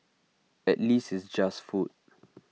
at least it's just food